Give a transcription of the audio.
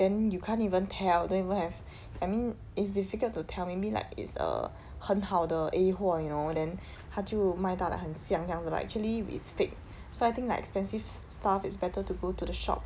then you can't even tell don't even have I mean it's difficult to tell maybe like it's a 很好的 a 货 you know then 他就卖到 like 很像这样子 but actually it's fake so I think like expensive stuff it's better to go to the shop